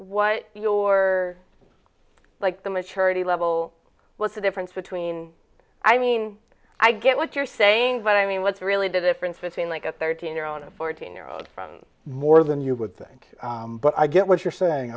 what your like the maturity level what's the difference between i mean i get what you're saying but i mean what's really difference between like a thirteen year old and fourteen year old from more than you would think but i get what you're saying